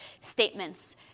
statements